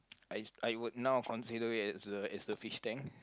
I I would now consider it as the as the fish tank